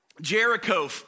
Jericho